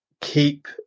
keep